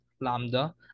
lambda